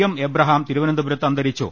M Abraham തിരുവനന്തപുരത്ത് അന്തരിച്ചു